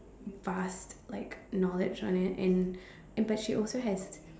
vast like knowledge on it and and but she also has